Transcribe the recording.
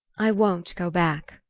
i won't go back,